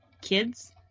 kids